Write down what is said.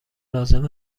لازم